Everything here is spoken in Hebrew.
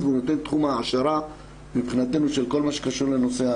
והוא נותן תחום העשרה מבחינתנו של כל מה שקשור לנושאי: